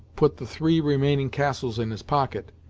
put the three remaining castles in his pocket,